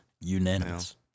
Unanimous